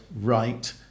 right